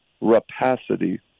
rapacity